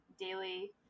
daily